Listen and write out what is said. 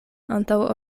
antaŭ